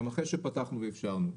גם אחרי שפתחנו ואפשרנו.